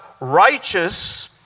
righteous